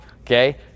okay